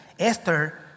Esther